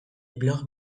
blog